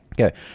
okay